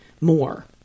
more